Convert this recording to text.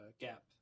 gap